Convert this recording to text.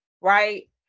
Right